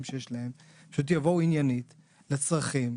שיש להם ויבואו עניינית לדון בעניין הצרכים.